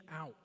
out